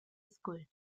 school